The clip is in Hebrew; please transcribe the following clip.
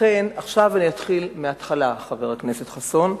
עכשיו אני אתחיל מההתחלה, חבר הכנסת חסון,